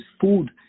food